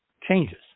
changes